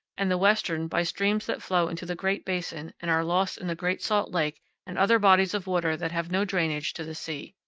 and the western by streams that flow into the great basin and are lost in the great salt lake and other bodies of water that have no drainage to the sea.